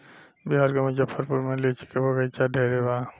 बिहार के मुजफ्फरपुर में लीची के बगइचा ढेरे बा